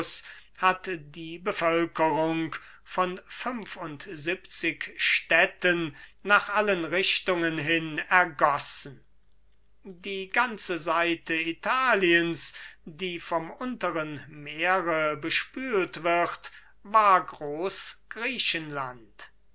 hat die bevölkerung von fünfundsiebzig städten nach allen richtungen hin ergossen die ganze seite italiens die vom unteren meere bespült wird war